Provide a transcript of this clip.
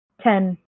Ten